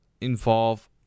involve